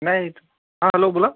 नाईक हां हॅलो बोला